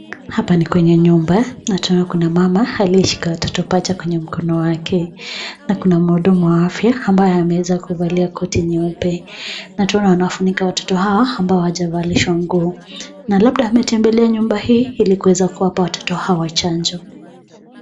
Hapa ni kwenye nyumba na tunaona kuna mama aliyeshika watoto pacha kwenye mkono wake, na kuna mhudumu wa afya ambaye ameweza kuvalia koti nyeupe na tunaona anafunika watoto hawa ambao hawajavalishwa nguo, na labda ametembelea nyumba hii ili kuweza kuwapa watoto hawa chanjo.